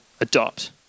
adopt